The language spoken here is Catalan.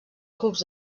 cucs